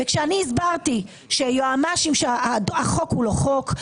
כשאני הסברתי שהחוק הוא לא חוק,